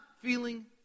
feeling